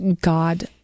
God